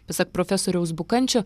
pasak profesoriaus bukančio